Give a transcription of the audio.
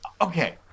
okay